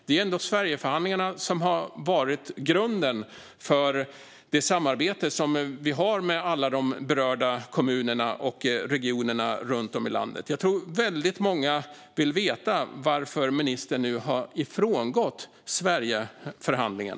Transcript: Det är ändå Sverigeförhandlingen som är grunden för det samarbete som vi har med alla berörda kommuner och regioner runt om i landet. Jag tror att väldigt många vill veta varför ministern har frångått Sverigeförhandlingen.